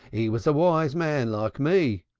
he was a wise man like me.